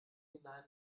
hinein